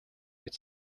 мэт